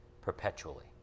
perpetually